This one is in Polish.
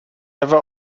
ewa